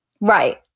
Right